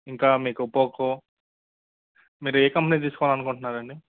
ఇంకా మీకు ఒప్పో మీరు ఏ కంపెనీ తీసుకోవాలి అనుకుంటున్నారు అండి